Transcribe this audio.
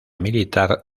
militar